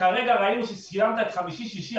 כרגע ראינו ששילמת את חמישי-שישי,